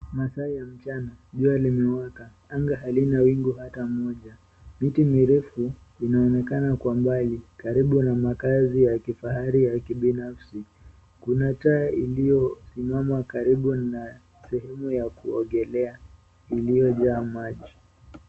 Masaa ya mchana. Jua limewaka. Anga halina wingu hata moja. Miti mirefu inaonekana lwa mbali karibu na makaazi ya kifahari ya kibinafsi. Kuna taa iliyosimama karibu na sehemu ya kuogelea iliyojaa maji.